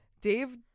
Dave